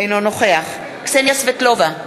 אינו נוכח קסניה סבטלובה,